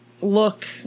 look